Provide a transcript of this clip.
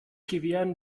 gewähren